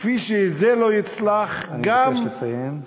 כפי שזה לא יצלח, אני מבקש לסיים.